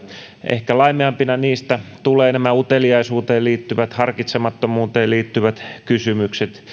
ehkä laimeampina niistä tulevat nämä uteliaisuuteen liittyvät harkitsemattomuuteen liittyvät kysymykset